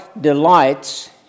delights